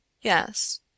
Yes